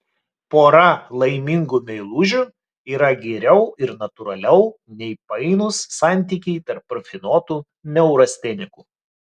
pora laimingų meilužių yra geriau ir natūraliau nei painūs santykiai tarp rafinuotų neurastenikų